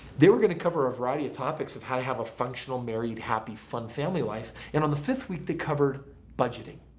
they were going to cover a variety of topics of how to have a functional married happy fun family life and on the fifth week they covered budgeting.